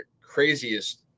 craziest